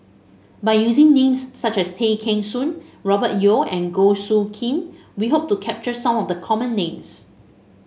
by using names such as Tay Kheng Soon Robert Yeo and Goh Soo Khim we hope to capture some of the common names